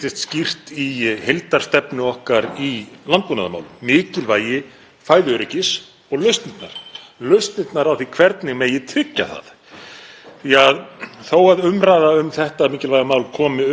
það. Þó að umræða um þetta mikilvæga mál komi upp endrum og sinnum, þó einkum þegar um er að ræða einhvers konar neyðarástand á heimsvísu á mörkuðum eða eins og nú er vegna